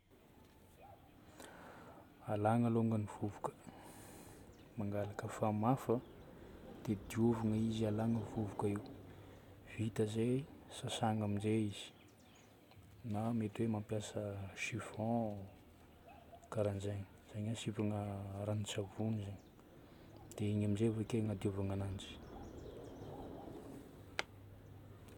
Alagna alongany ny vovoka. Mangalaka famafa, dia diovina izy, alagna vovoka io. Vita zay, sasagna amin'izay izy, na mety hoe mampiasa siphon, karan'zagny. Zagny hoe asivana ranon-tsavony zagny. Dia igny amin'izay vake agnadiovana ananjy.